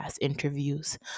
interviews